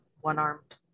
one-armed